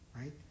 Right